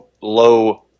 low